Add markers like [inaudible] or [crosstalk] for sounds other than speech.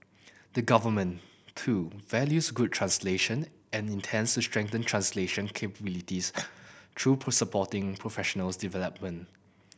the government too values good translation and intends to strengthen translation capabilities [noise] through [unintelligible] supporting professional development